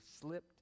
slipped